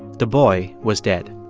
the boy was dead.